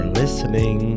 listening